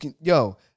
yo